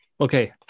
okay